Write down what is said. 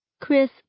Chris